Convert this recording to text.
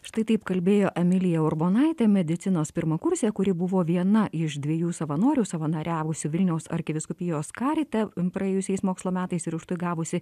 štai taip kalbėjo emilija urbonaitė medicinos pirmakursė kuri buvo viena iš dviejų savanorių savanoriavusių vilniaus arkivyskupijos karite praėjusiais mokslo metais ir už tai gavusi